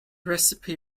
recipe